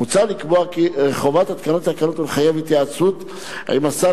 מוצע לקבוע חובת התקנת תקנות ולחייב התייעצות עם השר